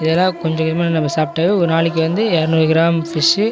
இதெல்லாம் கொஞ்சம் கொஞ்சமாக நம்ம சாப்பிட்டாலே ஒரு நாளைக்கு வந்து எரநூறு கிராம் ஃபிஷ்ஷு